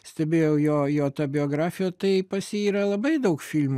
stebėjau jo jo tą biografiją tai pas jį yra labai daug filmų